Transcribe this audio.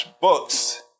books